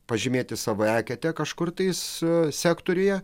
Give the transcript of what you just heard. pažymėti savo eketę kažkur tais sektoriuje